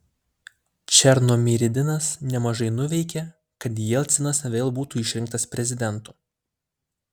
černomyrdinas nemažai nuveikė kad jelcinas vėl būtų išrinktas prezidentu